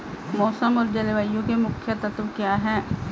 मौसम और जलवायु के मुख्य तत्व क्या हैं?